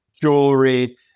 jewelry